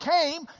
came